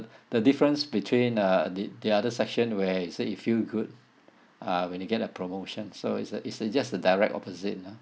the difference between uh the the other section where it said you feel good uh when you get a promotion so it's a it's a just a direct opposite you know